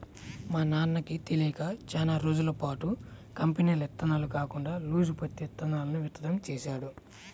మా నాన్నకి తెలియక చానా రోజులపాటు కంపెనీల ఇత్తనాలు కాకుండా లూజు పత్తి ఇత్తనాలను విత్తడం చేశాడు